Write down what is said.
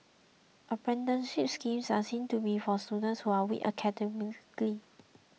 apprenticeship schemes are seen to be for students who are weak academically